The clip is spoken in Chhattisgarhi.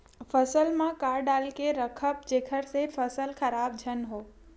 फसल म का डाल के रखव जेखर से फसल खराब झन हो?